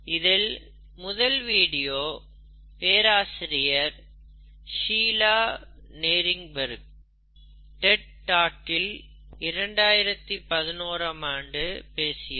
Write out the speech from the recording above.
இதில் முதல் வீடியோ பேராசிரியர் ஷீலா நியைரண்பெர்கு டெட் டாக்கில் 2011ம் ஆண்டு பேசியது